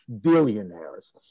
billionaires